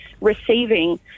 receiving